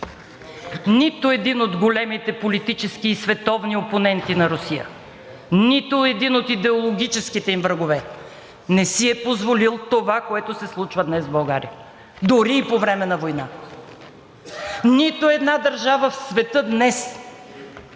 Нито един от големите политически и световни опоненти на Русия, нито един от идеологическите им врагове не си е позволил това, което се случва днес в България. Дори и по време на война. Нито една държава в света днес